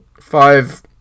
five